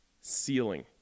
ceiling